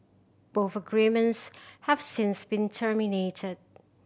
both agreements have since been terminated